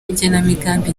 igenamigambi